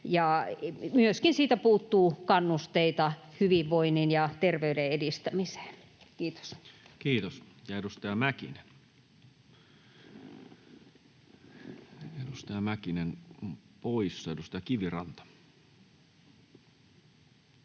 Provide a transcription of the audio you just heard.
ja siitä puuttuu myöskin kannusteita hyvinvoinnin ja terveyden edistämiseen. — Kiitos. Kiitos. — Ja edustaja Mäkinen, edustaja Mäkinen on poissa. — Edustaja Kiviranta.